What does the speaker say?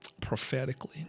prophetically